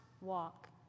walk